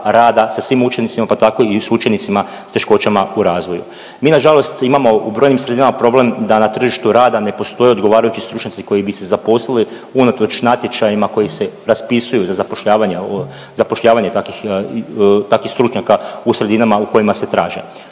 rada sa svim učenicima pa tako i s učenicima s teškoćama u razvoju. Mi nažalost imamo u brojnim sredinama problem da na tržištu rada ne postoje odgovarajući stručnjaci koji bi se zaposlili unatoč natječajima koji se raspisuju za zapošljavanje, zapošljavanje takvih stručnjaka u sredinama u kojima se traže.